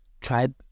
Tribe